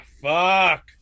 Fuck